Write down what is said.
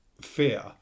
fear